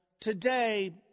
Today